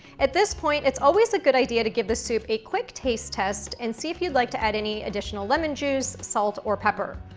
at this point, it's always a good idea to give the soup a quick taste test, and see if you'd like to add any additional lemon juice, salt or pepper.